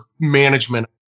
management